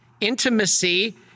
Intimacy